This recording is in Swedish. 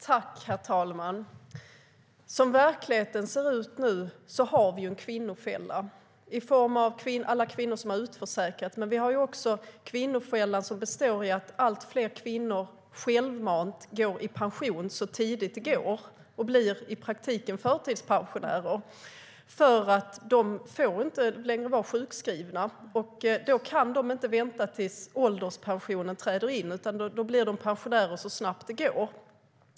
Herr talman! Som verkligheten nu ser ut har vi en kvinnofälla i form av alla kvinnor som har utförsäkrats. Det finns också en kvinnofälla som består i att allt fler kvinnor självmant går i pension så tidigt som det går. De blir i praktiken förtidspensionärer eftersom de inte längre får vara sjukskrivna. De kan inte vänta tills ålderspensionen träder in, utan då blir de pensionärer så snabbt som det går.